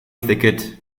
thicket